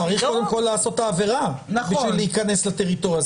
צריך קודם כל לעשות את העבירה בשביל להיכנס לטריטוריה.